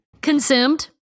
consumed